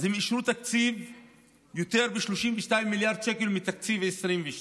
הם אישרו תקציב של יותר מ-32 מיליארד שקל מתקציב 2022